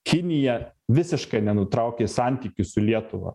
kinija visiškai nenutraukė santykių su lietuva